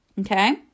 Okay